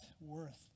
worth